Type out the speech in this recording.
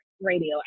Radio